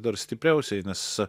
dar stipriausiai nes